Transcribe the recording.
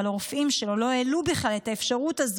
אבל הרופאים שלו לא העלו בכלל את האפשרות הזאת.